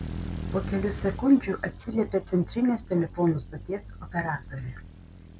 po kelių sekundžių atsiliepė centrinės telefonų stoties operatorė